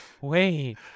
Wait